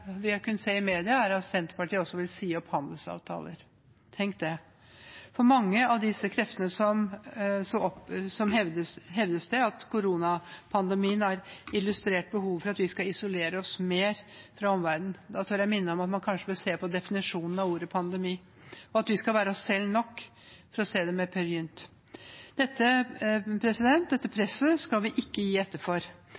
vi har kunnet se i media, er at Senterpartiet også vil si opp handelsavtaler – tenk det! Fra mange av disse kreftene hevdes det at koronapandemien har illustrert behovet for at vi skal isolere oss mer fra omverdenen. Da tør jeg minne om at man kanskje bør se på definisjonen av ordet «pandemi», og at vi skal være oss selv nok, for å si det med Peer Gynt. Dette